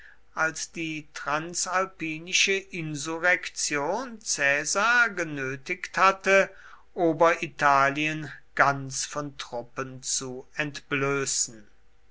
als die transalpinische insurrektion caesar genötigt hatte oberitalien ganz von truppen zu entblößen